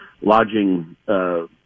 lodging